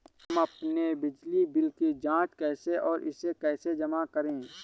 हम अपने बिजली बिल की जाँच कैसे और इसे कैसे जमा करें?